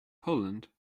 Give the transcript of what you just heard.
poland